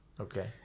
Okay